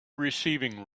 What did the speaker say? receiving